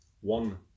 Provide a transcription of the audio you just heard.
one